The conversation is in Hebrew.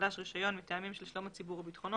החדש רישיון מטעמים של שלום הציבור או ביטחונו,